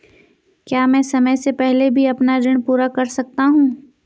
क्या मैं समय से पहले भी अपना ऋण पूरा कर सकता हूँ?